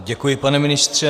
Děkuji, pane ministře.